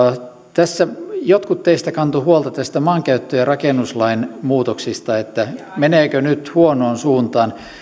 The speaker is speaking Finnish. tässä jotkut teistä kantoivat huolta maankäyttö ja rakennuslain muutoksista että meneekö nyt huonoon suuntaan